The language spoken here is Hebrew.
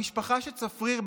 המשפחה שצפריר,